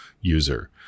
user